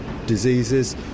diseases